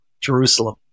Jerusalem